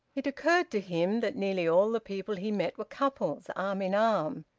it occurred to him that nearly all the people he met were couples, arm-in-arm.